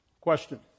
question